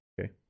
okay